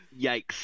Yikes